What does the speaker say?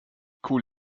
cool